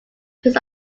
just